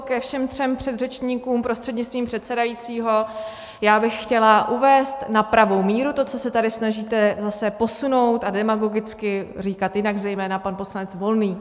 Ke všem třem předřečníkům prostřednictvím předsedajícího bych chtěla uvést na pravou míru to, co se tady snažíte zase posunout a demagogicky říkat jinak, zejména pan poslanec Volný.